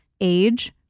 age